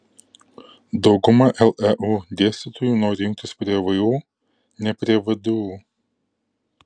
dauguma leu dėstytojų nori jungtis prie vu ne prie vdu